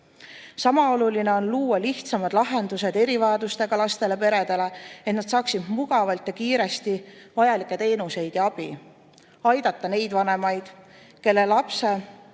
Sama oluline on luua lihtsamad lahendused erivajadustega lastega peredele, et nad saaksid mugavalt ja kiiresti vajalikke teenuseid ja abi, aidata neid vanemaid, kes lapse